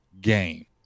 game